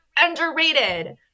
underrated